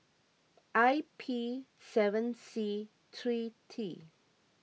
I P seven C three T